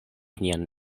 nian